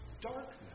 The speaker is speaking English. darkness